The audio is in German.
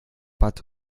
bad